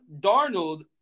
Darnold